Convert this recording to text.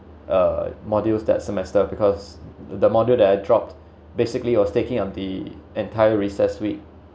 uh modules that semester because the module that I dropped basically was taking up the entire recess week